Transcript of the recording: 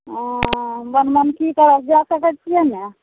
बनमनखी तरफ जा सकै छिए ने